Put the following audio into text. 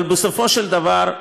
אבל בסופו של דבר,